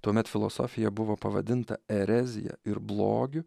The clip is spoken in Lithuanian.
tuomet filosofija buvo pavadinta erezija ir blogiu